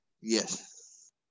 Yes